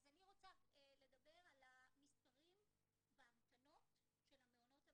אז אני רוצה לדבר על המספרים בהמתנות של המעונות הממשלתיים.